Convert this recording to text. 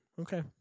Okay